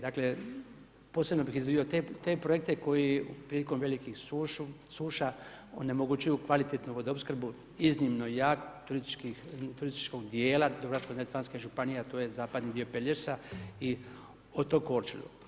Dakle posebno bih izdvojio te projekte koji prilikom velikih suša onemogućuju kvalitetnu vodoopskrbu, iznimno jak turističkog dijela Dubrovačko-neretvanske županije a to je zapadni dio Pelješka i otok Korčulu.